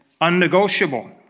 unnegotiable